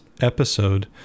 episode